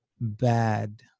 bad